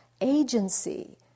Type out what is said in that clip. agency